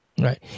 right